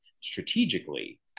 strategically